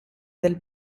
del